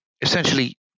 essentially